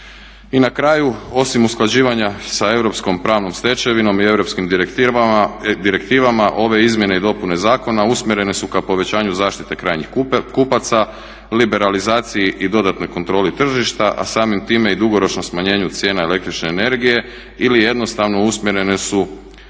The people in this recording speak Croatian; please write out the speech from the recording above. I na kraju osim usklađivanja sa europskom pravnom stečevinom i europskim direktivama ove izmjene i dopune zakona usmjerene su kao povećanju zaštite krajnjih kupaca, liberalizaciji dodatnoj kontroli tržišta a samim time i dugoročnom smanjenju cijena električne energije ili jednostavno usmjerene su